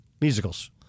musicals